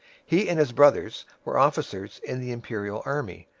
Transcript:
he and his brothers were officers in the imperial army.